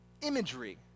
imagery